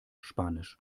spanisch